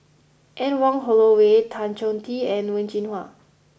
Anne Wong Holloway Tan Choh Tee and Wen Jinhua